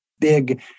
big